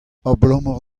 abalamour